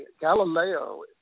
Galileo